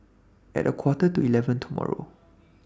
At A Quarter to eleven tomorrow